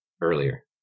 earlier